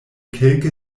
kelke